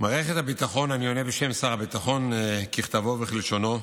אני עונה בשם שר הביטחון ככתבו וכלשונו,